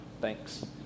Thanks